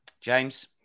James